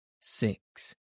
six